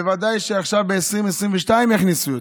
ובוודאי שעכשיו, ב-2022, יכניסו יותר,